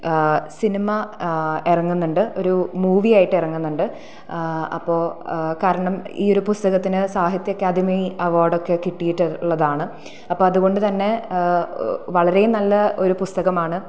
cinema ഇറങ്ങുന്നുണ്ട് ഒരു movie ആയിട്ട് ഇറങ്ങുന്നുണ്ട് അപ്പോൾ കാരണം ഈ ഒരു പുസ്തകത്തിന് സാഹിത്യ അക്കാദമി അവാർഡൊക്കെ കിട്ടിയിട്ടുള്ളതാണ് അപ്പം അതുകൊണ്ടു തന്നെ വളരെ നല്ല ഒരു പുസ്തകമാണ്